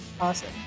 Awesome